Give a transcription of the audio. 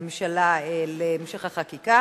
השר לא יודע מי הבא בתור ברשימה?